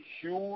huge